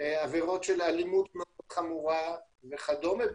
אלימות חמורה וכדומה,